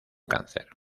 cáncer